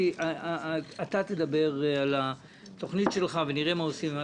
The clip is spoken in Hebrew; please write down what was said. אתה תדבר על התוכנית שלך ונראה מה עושים,